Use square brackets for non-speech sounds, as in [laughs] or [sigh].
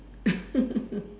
[laughs]